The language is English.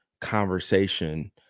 conversation